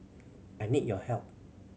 I need your help